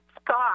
Scott